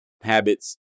habits